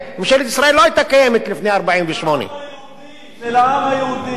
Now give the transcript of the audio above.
ממשלת ישראל לא היתה קיימת לפני 1948. של העם היהודי.